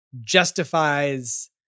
justifies